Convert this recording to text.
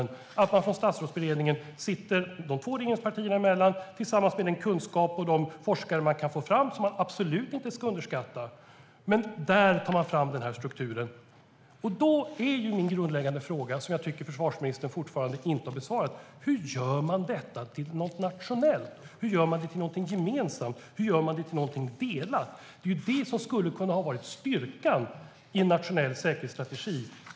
De två regeringspartierna sitter i Statsrådsberedningen tillsammans med den kunskap och de forskare man kan få fram, som absolut inte ska underskattas. Där tar man fram denna struktur. Min grundläggande fråga, som jag fortfarande inte tycker att försvarsministern har besvarat, är: Hur gör man detta till något nationellt, något gemensamt, något delat? Det är det som hade kunnat vara styrkan i en nationell säkerhetsstrategi.